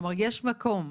כלומר, יש מקום.